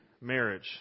marriage